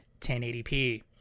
1080p